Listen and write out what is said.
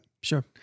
Sure